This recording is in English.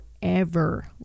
forever